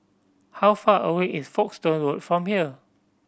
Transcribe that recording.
how far away is Folkestone Road from here